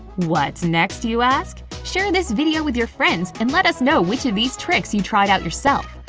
what's next, you ask? share this video with your friends and let us know which of these tricks you tried out yourself!